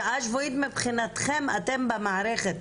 שעה שבועית מבחינתכם, אתם במערכת,